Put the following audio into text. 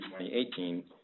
2018